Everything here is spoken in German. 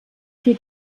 vier